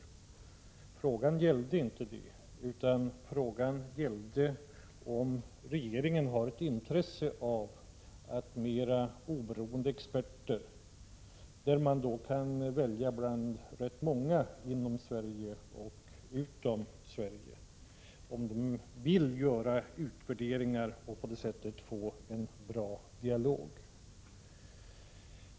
Men frågan gällde inte det, utan frågan gällde om regeringen har ett intresse av att mera oberoende experter — således kan man välja bland rätt många både inom och utom Sverige — får göra utvärderingar för att på det sättet få en bra dialog.